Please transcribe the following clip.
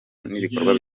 n’ibikorwa